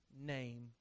name